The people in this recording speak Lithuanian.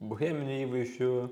boheminių įvaizdžių